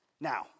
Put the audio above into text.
Now